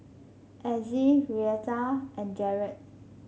Azzie Reatha and Jarrett